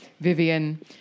Vivian